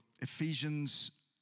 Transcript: Ephesians